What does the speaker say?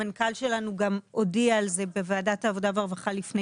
המנכ"ל שלנו גם הודיע על זה לפני שבועיים בוועדת העבודה והרווחה.